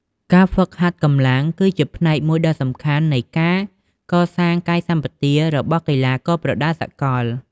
ការហ្វឹកហាត់កម្លាំងគឺជាផ្នែកមួយដ៏សំខាន់នៃការកសាងកាយសម្បទារបស់កីឡាករប្រដាល់សកល។